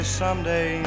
someday